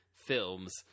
films